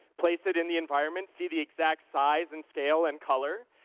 place it in the environment, see the exact size and scale and color.